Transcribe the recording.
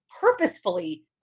purposefully